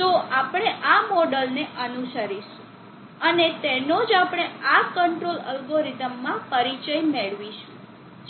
તો આપણે આ મોડેલને અનુસરીશું અને તેનો જ આપણે આ કંટ્રોલ અલ્ગોરિધમમાં પરિચય મેળવીશું